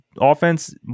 offense